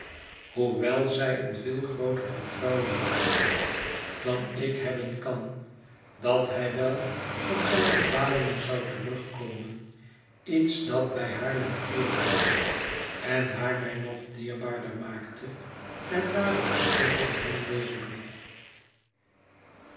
hoewel zij een veel grooter vertrouwen had dan ik hebben jéw dat hij wel van zijne dwalingen zou terugkomen iets dat bij haar natuurlijk was en haar mij nog dierbaarder maakte en daarop schreef zij hem dezen brief